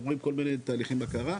עוברים כל מיני תהליכי בקרה,